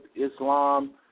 Islam